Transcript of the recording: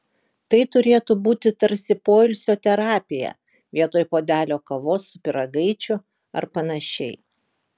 tai turėtų būti tarsi poilsio terapija vietoj puodelio kavos su pyragaičiu ar panašiai